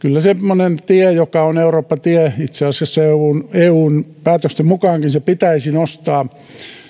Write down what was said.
kyllä semmoinen tie joka on eurooppa tie itse asiassa eun eun päätösten mukaankin pitäisi nostaa